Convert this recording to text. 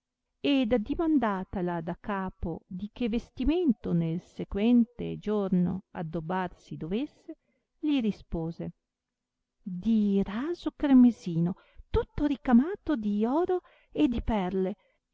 cenò ed addimandatala da capo di che vestimento nel sequente giorno addobbar si dovesse li rispose di raso cremesino tutto ricamato di oro e di perle